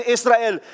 Israel